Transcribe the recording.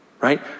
right